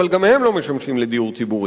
אבל גם הם לא משמשים לדיור ציבורי,